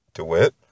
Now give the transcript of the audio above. DeWitt